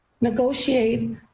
Negotiate